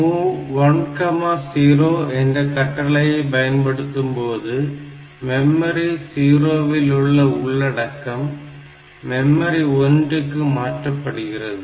MOV 10 என்ற கட்டளையை பயன்படுத்தும்போது மெமரி 0 இல் உள்ள உள்ளடக்கம் மெமரி 1 க்கு மாற்றப்படுகிறது